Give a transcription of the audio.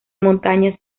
montañas